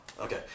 Okay